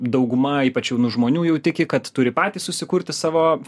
dauguma ypač jaunų žmonių jau tiki kad turi patys susikurti savo